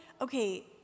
okay